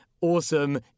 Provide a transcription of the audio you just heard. awesome